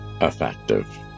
effective